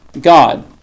God